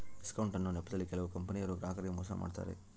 discount ಅನ್ನೊ ನೆಪದಲ್ಲಿ ಕೆಲವು ಕಂಪನಿಯವರು ಗ್ರಾಹಕರಿಗೆ ಮೋಸ ಮಾಡತಾರೆ